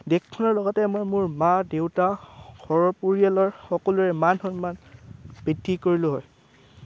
দেশখনৰ লগতে মই মোৰ মা দেউতা ঘৰৰ পৰিয়ালৰ সকলোৰে মান সন্মান বৃদ্ধি কৰিলোঁ হয়